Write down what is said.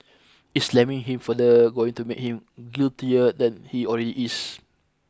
is slamming him further going to make him guiltier than he already is